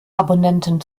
abonnenten